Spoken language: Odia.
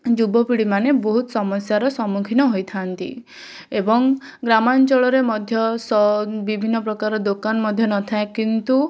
ଯୁବପିଢ଼ିମାନେ ବହୁତ ସମସ୍ୟାର ସମ୍ମୁଖୀନ ହୋଇଥାନ୍ତି ଏବଂ ଗ୍ରାମାଞ୍ଚଳରେ ମଧ୍ୟ ବିଭିନ୍ନ ପ୍ରକାର ଦୋକାନ ମଧ୍ୟ ନଥାଏ କିନ୍ତୁ